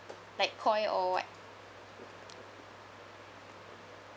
like Koi or what